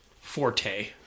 forte